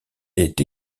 est